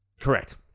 correct